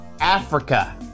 Africa